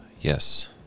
Yes